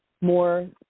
more